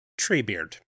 Treebeard